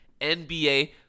NBA